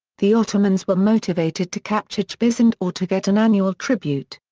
the ottomans were motivated to capture trebizond or to get an annual tribute.